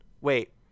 wait